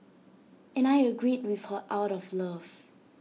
and I agreed with her out of love